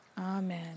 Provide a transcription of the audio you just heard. Amen